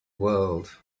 world